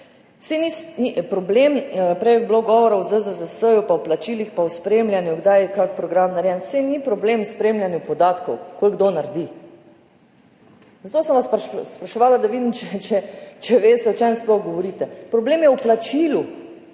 tako naprej. Prej je bilo govora o ZZZS pa o plačilih pa o spremljanju, kdaj je kakšen program narejen. Saj ni problem v spremljanju podatkov, koliko kdo naredi – zato sem vas spraševala, da vidim, če veste, o čem sploh govorite – problem je v plačilu,